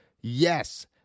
Yes